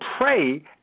pray